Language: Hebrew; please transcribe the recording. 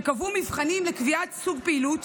שקבעו מבחנים לסוג פעילות,